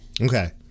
Okay